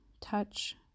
touch